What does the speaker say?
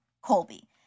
Colby